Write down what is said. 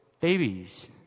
babies